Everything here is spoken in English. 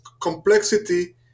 complexity